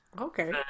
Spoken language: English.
Okay